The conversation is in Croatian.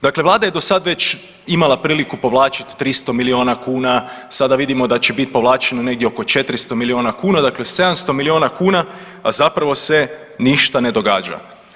Dakle, vlada je do sad već imala priliku povlačit 300 milijuna kuna, sada vidimo da će bit povlačeno negdje oko 400 milijuna kuna dakle 700 milijuna kuna, a zapravo se ništa ne događa.